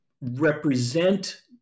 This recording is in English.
represent